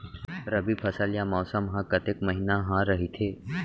रबि फसल या मौसम हा कतेक महिना हा रहिथे?